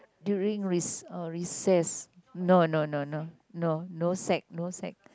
during rec~ recess no no no no no sack no sack